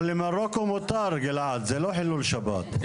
אבל למרוקו מותר, זה לא חילול שבת.